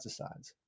pesticides